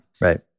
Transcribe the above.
Right